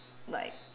like